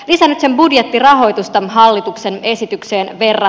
pitänyt sen budjettirahoitusta hallituksen esitykseen vielä